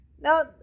Now